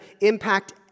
impact